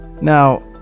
Now